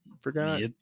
forgot